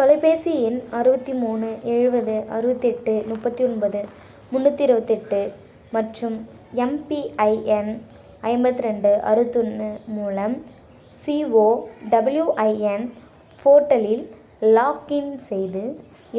தொலைபேசி எண் அறுபத்தி மூணு எழுபது அறுபத்தெட்டு முப்பத்தி ஒன்பது முந்நூற்றி இருபத்தெட்டு மற்றும் எம்பிஐஎன் ஐம்பத்தி ரெண்டு அறுபத்தொன்னு மூலம் சிஓடபிள்யூஐஎன் போர்ட்டலில் லாக்கின் செய்து